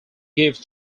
give